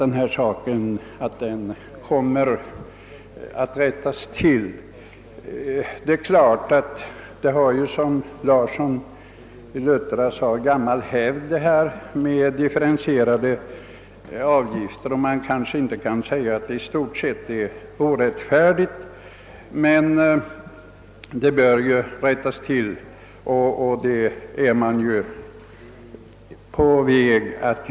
Det är viktigt att denna fråga lägges till rätta. Herr Larsson sade att systemet med differentierade avgifter har gammal hävd, och man kan väl inte direkt säga att systemet är orättvist, men klarhet bör ändå skapas.